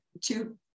two